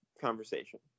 conversation